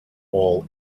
all